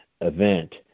event